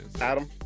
Adam